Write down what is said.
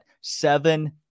seven